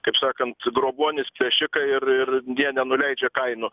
kaip sakant grobuonis plėšikai ir ir jie nenuleidžia kainų